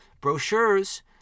Brochures